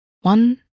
One